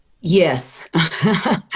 Yes